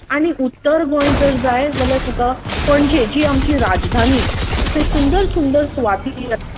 आनी उत्तर गोंय जर जाय जाल्यार तुका पणजे ची आमची राजधानी थंय सुंदर सुंदर सुवाती आसा